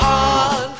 on